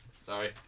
Sorry